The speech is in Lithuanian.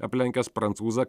aplenkęs prancūzą